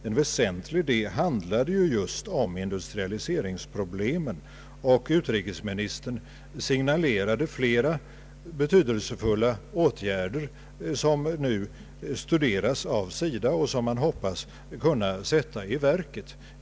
En väsentlig del handlade just om industrialiseringsproblem, och utrikesministern signalerade flera betydelsefulla åtgärder, som nu studeras av SIDA och som man hoppas kunna sätta i gång.